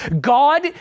God